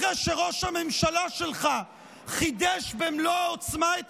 אחרי שראש הממשלה שלך חידש במלוא העוצמה את